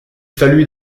fallut